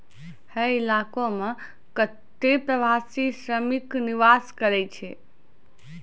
हय इलाको म कत्ते प्रवासी श्रमिक निवास करै छै